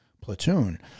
platoon